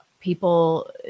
people